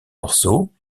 morceau